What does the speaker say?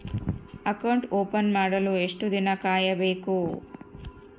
Account open ಮಾಡಲು ಎಷ್ಟು ದಿನ ಕಾಯಬೇಕು?